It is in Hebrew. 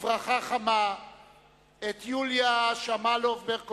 בברכה חמה את יוליה שמאלוב-ברקוביץ,